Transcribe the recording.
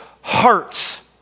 hearts